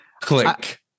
Click